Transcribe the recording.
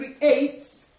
creates